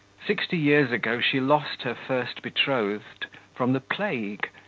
sixty years ago she lost her first betrothed from the plague,